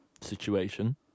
situation